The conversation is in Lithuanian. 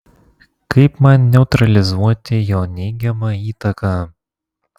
kaip man neutralizuoti jo neigiamą įtaką